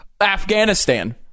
afghanistan